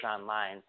online